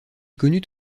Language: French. connut